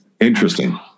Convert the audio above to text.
Interesting